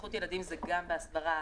בטיחות ילדים היא גם בהסברה,